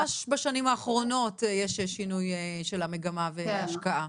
אומרת זה ממש בשנים האחרונות שיש שינוי של המגמה והשקעה בה.